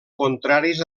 contraris